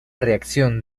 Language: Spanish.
reacción